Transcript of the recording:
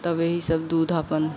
तब यही सब दूध आपन